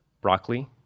broccoli